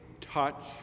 touch